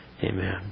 Amen